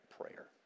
prayer